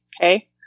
okay